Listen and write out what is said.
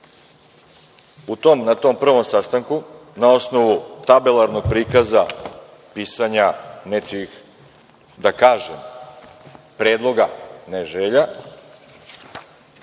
tom prvom sastanku na osnovu tabelarnog prikaza, pisanja nečijih, da kažem, predloga, ne želja,